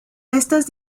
estas